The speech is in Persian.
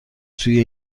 توی